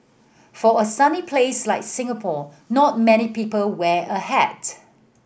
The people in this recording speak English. for a sunny place like Singapore not many people wear a hat